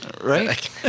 right